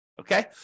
Okay